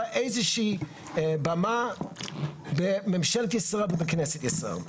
איזושהי במה בממשלת ישראל ובכנסת ישראל.